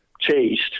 chased